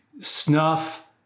Snuff